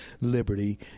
liberty